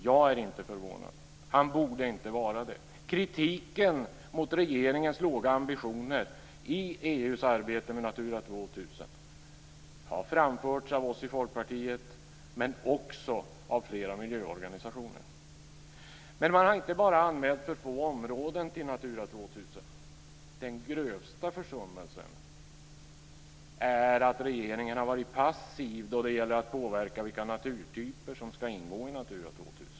Jag är inte förvånad. Han borde inte vara det. Kritiken mot regeringens låga ambitioner i EU:s arbete med Natura 2000 har framförts av oss i Folkpartiet men också av flera miljöorganisationer. Men man har inte bara anmält för få områden till Natura 2000, den grövsta försummelsen är att regeringen har varit passiv då det gäller att påverka vilka naturtyper som ska ingå i Natura 2000.